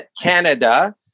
Canada